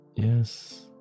Yes